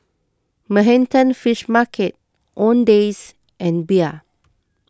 Manhattan Fish Market Owndays and Bia